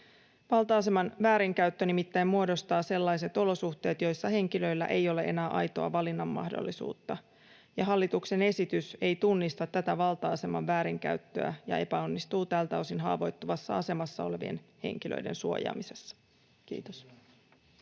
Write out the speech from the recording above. Valta-aseman väärinkäyttö nimittäin muodostaa sellaiset olosuhteet, joissa henkilöillä ei ole enää aitoa valinnanmahdollisuutta. Hallituksen esitys ei tunnista tätä valta-aseman väärinkäyttöä ja epäonnistuu tältä osin haavoittuvassa asemassa olevien henkilöiden suojaamisessa. — Kiitos.